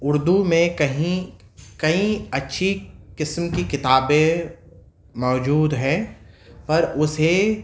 اردو میں کہیں کئی اچھی قسم کی کتابیں موجود ہیں پر اسے